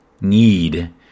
need